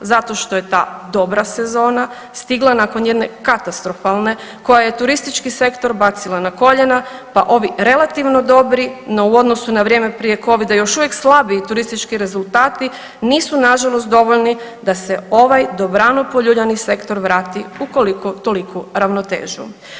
Zato što je ta dobra sezona stigla nakon jedne katastrofalne koja je turistički sektor bacila na koljena pa ovi relativno dobri no u odnosu na vrijeme prije Covida još uvijek slabi turistički rezultati nisu nažalost dovoljni da se ovaj dobrano poljuljani sektor vrati u koliko toliku ravnotežu.